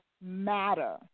matter